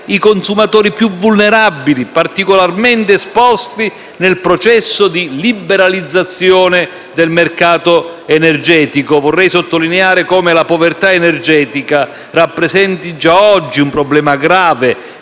i consumatori più vulnerabili, particolarmente esposti nel processo di liberalizzazione del mercato energetico. Vorrei sottolineare come la povertà energetica rappresenti già oggi un problema grave,